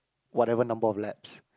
whatever number of laps